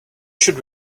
should